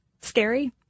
scary